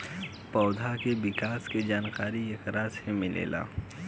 पौधा के विकास के जानकारी एकरा से मिलेला